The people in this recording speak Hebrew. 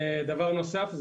דבר נוסף,